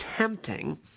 Tempting